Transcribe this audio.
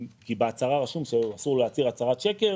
כי בהצהרה רשום שאסור להצהיר הצהרת שקר